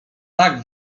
tak